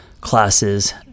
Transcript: classes